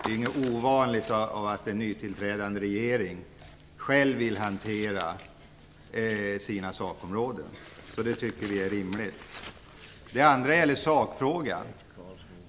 Det är inte ovanligt att en nytillträdande regering själv vill hantera sakområdena. Det tycker vi är rimligt. Det andra gäller sakfrågan.